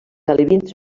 alevins